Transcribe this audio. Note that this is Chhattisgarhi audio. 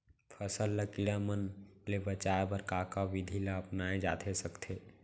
फसल ल कीड़ा मन ले बचाये बर का का विधि ल अपनाये जाथे सकथे?